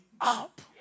up